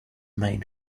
main